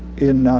in,